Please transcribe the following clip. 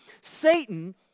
Satan